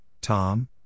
Tom